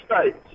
states